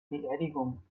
beerdigung